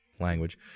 language